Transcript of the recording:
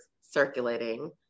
circulating